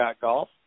Golf